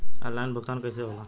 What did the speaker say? Online भुगतान कईसे होला?